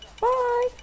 Bye